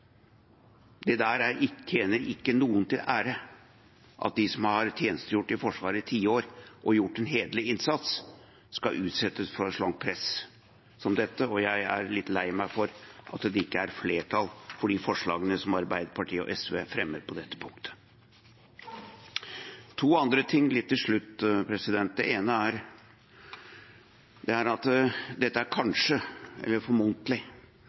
Det der tjener ikke noen til ære, at de som har tjenestegjort i Forsvaret i tiår og gjort en hederlig innsats, skal utsettes for sånt press som dette. Jeg er litt lei meg for at det ikke er flertall for de forslagene som Arbeiderpartiet og SV fremmer på dette punktet. To andre ting til slutt: Det ene er at dette kanskje, eller formodentlig, er